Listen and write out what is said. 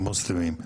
המוסלמית,